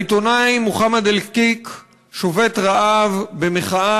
העיתונאי מוחמד אלקיק שובת רעב במחאה